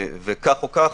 כך או כך,